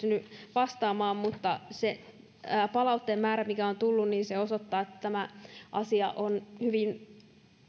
vastaamaan mutta se palautteen määrä mikä on tullut osoittaa että tämä asia on hyvin